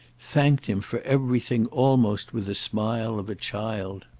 thanked him for everything almost with the smile of a child,